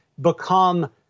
become